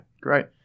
great